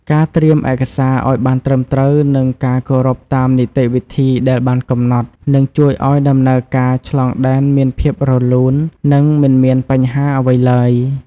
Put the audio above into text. ការត្រៀមឯកសារឱ្យបានត្រឹមត្រូវនិងការគោរពតាមនីតិវិធីដែលបានកំណត់នឹងជួយឱ្យដំណើរការឆ្លងដែនមានភាពរលូននិងមិនមានបញ្ហាអ្វីឡើយ។